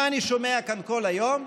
מה אני שומע כאן כל היום?